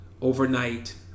overnight